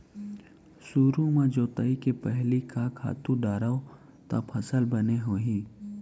सुरु म जोताई के पहिली का खातू डारव त फसल बने होही?